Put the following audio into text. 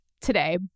today